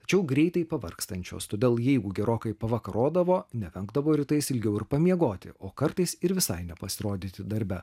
tačiau greitai pavargstančios todėl jeigu gerokai pavakarodavo nevengdavo rytais ilgiau ir pamiegoti o kartais ir visai nepasirodyti darbe